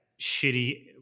shitty